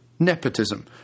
Nepotism